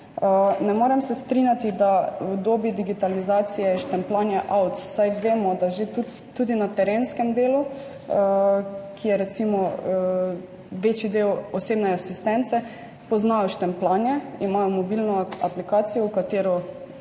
Ne morem se strinjati, da je v dobi digitalizacije štempljanje out, saj vemo, da že tudi pri terenskem delu, recimo večji del osebne asistence, poznajo štempljanje, imajo mobilno aplikacijo, v katero